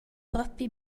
propi